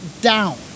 down